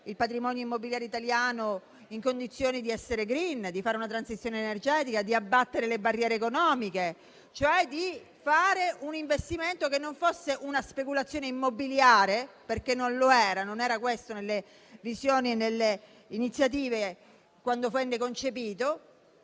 patrimonio immobiliare in condizioni di essere *green*, di fare una transizione energetica e di abbattere le barriere economiche, cioè fare un investimento che non fosse una speculazione immobiliare, perché non lo era. Non era questo nelle visioni e nelle iniziative, quando venne concepito